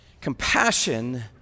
Compassion